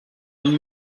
amb